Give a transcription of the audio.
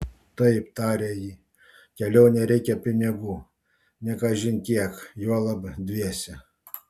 taip tarė ji kelionei reikia pinigų ne kažin kiek juolab dviese